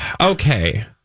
Okay